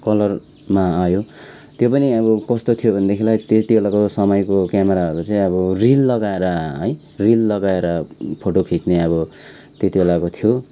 कलरमा आयो त्यो पनि अब कस्तो थियो भनेदेखिलाई त्यति बेलाको समयको क्यामराहरू चाहिँ अब रिल लगाएर है रिल लगाएर फोटो खिच्ने अब त्यति बेलाको थियो